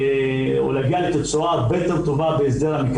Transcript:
יצירת סכסוכי